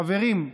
חברים,